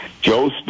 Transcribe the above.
Joe